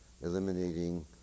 eliminating